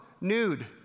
nude